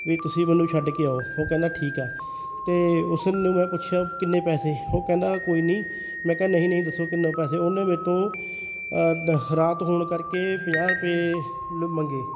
ਵੀ ਤੁਸੀਂ ਮੈਨੂੰ ਛੱਡ ਕੇ ਆਓ ਉਹ ਕਹਿੰਦਾ ਠੀਕ ਆ ਅਤੇ ਉਸ ਨੂੰ ਮੈਂ ਪੁੱਛਿਆ ਕਿੰਨੇ ਪੈਸੇ ਉਹ ਕਹਿੰਦਾ ਕੋਈ ਨਹੀਂ ਮੈਂ ਕਿਹਾ ਨਹੀਂ ਨਹੀਂ ਦੱਸੋ ਕਿੰਨਾ ਪੈਸੇ ਉਹਨੇ ਮੇਰੇ ਤੋਂ ਦ ਰਾਤ ਹੋਣ ਕਰਕੇ ਪੰਜਾਹ ਰੁਪਏ ਮੰਗੇ